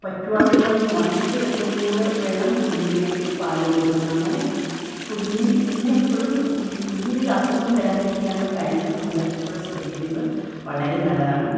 പറ്റുകയാണെങ്കിൽ അതൊന്ന് ഉണക്കി എടുത്തു കൂടി വേണം കുഞ്ഞിനുവേണ്ടി ഒരു പാൽ കൊടുക്കാൻ അങ്ങനെ കുഞ്ഞിന് കുഞ്ഞെപ്പോഴും കുഞ്ഞിനൊരു അസുഖം വരാതിരിക്കാനുള്ള കാര്യങ്ങൾ നമ്മൾ എപ്പോഴും ശ്രദ്ധിക്കുന്നത് വളരെ നല്ലതാണ്